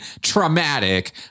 traumatic